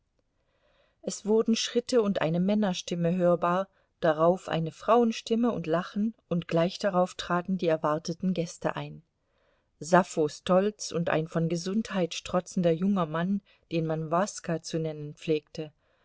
es wurden schritte und eine männerstimme hörbar darauf eine frauenstimme und lachen und gleich darauf traten die erwarteten gäste ein sappho stoltz und ein von gesundheit strotzender junger mann den man waska zu nennen pflegte